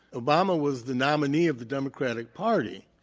obama was the nominee of the democratic party.